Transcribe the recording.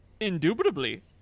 Indubitably